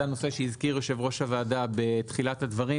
זה הנושא שהזכיר יושב ראש הוועדה בתחילת הדברים,